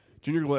Junior